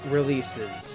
releases